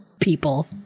people